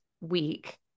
week